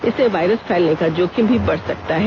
इससे वायरस फैलने का जोखिम भी बढ़ सकता है